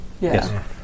Yes